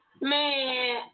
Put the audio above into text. Man